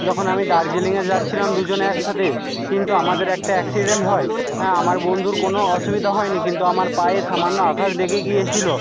যখন আমি দার্জিলিংয়ে যাচ্ছিলাম দুজনে একসাথে কিন্তু আমাদের একটা অ্যাক্সিডেন্ট হয় হ্যাঁ আমার বন্ধুর কোনো অসুবিধা হয়নি কিন্তু আমার পায়ে সামান্য আঘাত লেগে গিয়েছিল